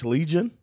Legion